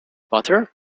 butter